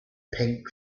pink